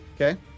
Okay